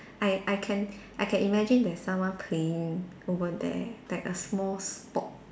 I I can I can imagine there's someone playing over there like a small spot